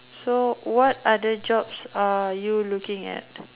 so what other jobs are you looking at